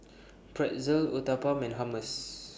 Pretzel Uthapam and Hummus